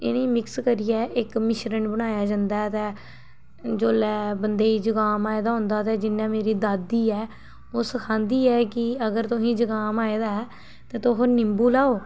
इनेंगी मिक्स करियै इक मिश्रण बनाया जन्दा ऐ ते जोल्लै बन्दे गी जकाम आए दा होंदा ते जियां मेरी दादी ऐ ओह् सखांदी ऐ कि अगर तोहें गी जकाम आए दा ते तोह नीबूं लैओ